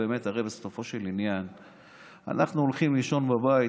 הרי בסופו של עניין אנחנו הולכים לישון בבית,